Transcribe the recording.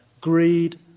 greed